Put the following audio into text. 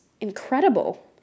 incredible